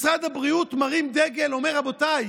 משרד הבריאות מרים דגל ואומר: רבותיי,